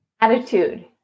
Attitude